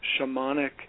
shamanic